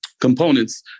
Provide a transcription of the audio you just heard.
components